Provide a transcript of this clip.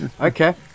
Okay